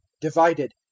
Divided